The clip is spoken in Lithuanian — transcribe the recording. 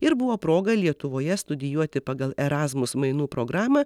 ir buvo proga lietuvoje studijuoti pagal erasmus mainų programą